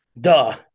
Duh